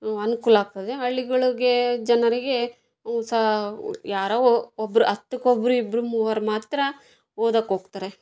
ಅನುಕೂಲ ಆಗ್ತದೆ ಹಳ್ಳಿಗಳಿಗೆ ಜನರಿಗೆ ಸಹಾ ಯಾರೋ ಒಬ್ಬರು ಹತ್ತಕ್ಕೊಬ್ಬರು ಇಬ್ಬರು ಮೂವರು ಮಾತ್ರ ಓದೋಕೆ ಹೋಗ್ತಾರೆ